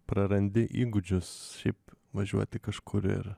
prarandi įgūdžius šaip važiuoti kažkur ir